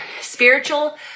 Spiritual